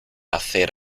hacer